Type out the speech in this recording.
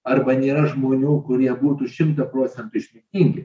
arba nėra žmonių kurie būtų šimtą procentų išmintingi